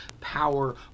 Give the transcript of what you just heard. power